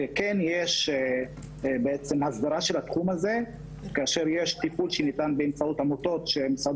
וכן יש בעצם הסדרה של התחום הזה כאשר יש טיפול שניתן באמצעות עמותות שמשרד